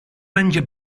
będzie